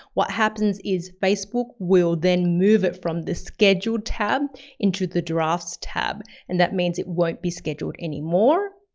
what happens is facebook will then move it from the scheduled tab into the drafts tab and that means it won't be scheduled anymore.